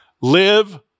live